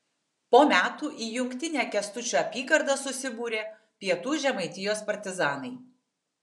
po metų į jungtinę kęstučio apygardą susibūrė pietų žemaitijos partizanai